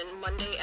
Monday